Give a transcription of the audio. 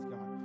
God